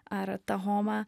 ar tahoma